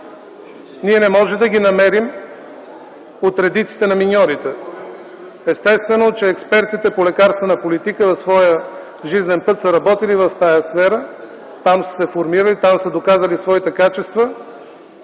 ние не можем да ги намерим от редиците на миньорите. Естествено, че експертите по лекарствена политика в своя жизнен път са работили в тая сфера, там са се формирали, там са доказали своите качества